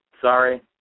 Sorry